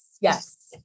Yes